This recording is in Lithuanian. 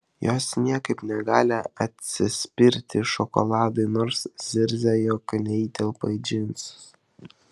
jos niekaip negali atsispirti šokoladui nors zirzia jog neįtelpa į džinus